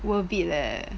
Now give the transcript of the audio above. worth it leh